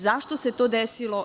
Zašto se to desilo?